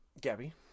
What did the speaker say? Gabby